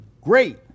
great